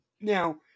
Now